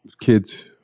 kids